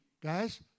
guys